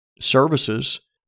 services